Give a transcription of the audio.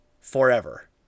forever